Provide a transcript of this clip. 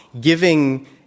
giving